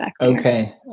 okay